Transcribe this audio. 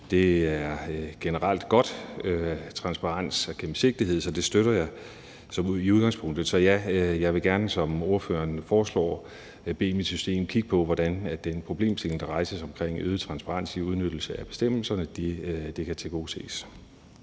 Det er generelt godt med transparens og gennemsigtighed, så det støtter jeg i udgangspunktet. Så ja, jeg vil gerne, som ordføreren foreslår, bede mit system kigge på, hvordan den problemstilling, der rejses, om øget transparens i udnyttelse af bestemmelserne, kan tilgodeses.